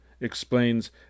explains